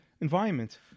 environment